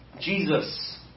Jesus